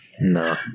no